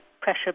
pressure